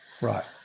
Right